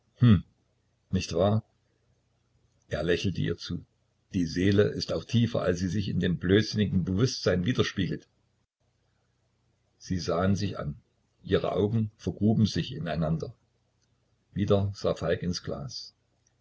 nicht wahr er lächelte ihr zu die seele ist auch tiefer als sie sich in dem blödsinnigen bewußtsein widerspiegelt sie sahen sich an ihre augen vergruben sich ineinander wieder sah falk ins glas